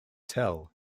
tell